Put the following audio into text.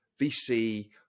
VC